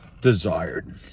desired